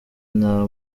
nta